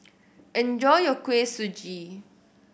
enjoy your Kuih Suji